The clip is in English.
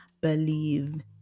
believe